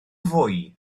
fwy